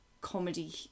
comedy